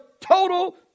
total